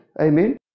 Amen